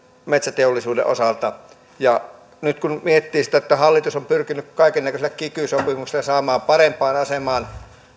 metsäteollisuutemme osalta nyt kun miettii sitä että hallitus on pyrkinyt kaikennäköisillä kiky sopimuksilla saamaan parempaan asemaan